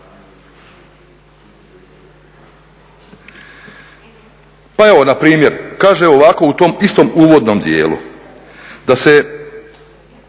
Pa evo npr., kaže ovako u tom istom uvodnom dijelu, da se